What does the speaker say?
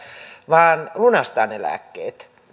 vaan lunastaa ne lääkkeet